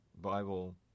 Bible